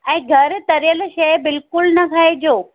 ऐं घर तरियल शइ बिल्कुलु न खाइजो